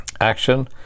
Action